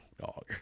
dog